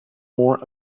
more